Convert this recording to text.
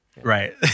Right